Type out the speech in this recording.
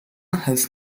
has